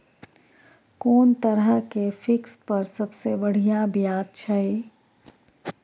कोन तरह के फिक्स पर सबसे बढ़िया ब्याज छै?